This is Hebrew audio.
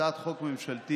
הצעת חוק ממשלתית